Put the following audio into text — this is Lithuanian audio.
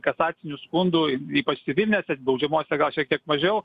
kasacinių skundų ypač civilinėse baudžiamosiose gal šiek tiek mažiau